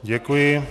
Děkuji.